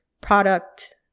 product